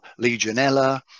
Legionella